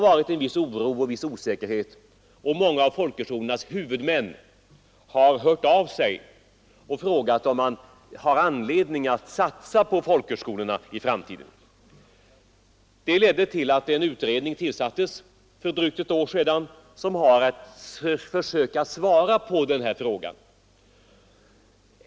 Många av folkhögskolornas huvudmän har hört av sig och frågat om man har anledning att satsa på folkhögskolorna i framtiden. Det ledde till att för drygt ett år sedan en utredning tillsattes, som har att försöka svara på denna fråga.